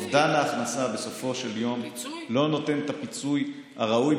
אובדן ההכנסה בסופו של יום לא נותן את הפיצוי הראוי,